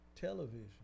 television